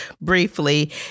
briefly